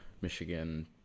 Michigan